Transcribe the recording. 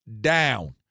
down